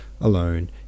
alone